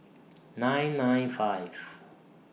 nine nine five